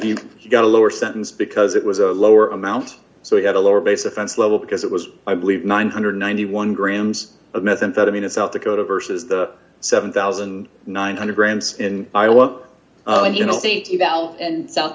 he got a lower sentence because it was a lower amount so he had a lower base offense level because it was i believe nine hundred and ninety one grams of methamphetamine in south dakota versus the seven thousand nine hundred grams in iowa and you